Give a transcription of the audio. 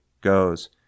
goes